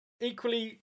equally